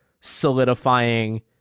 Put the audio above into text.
solidifying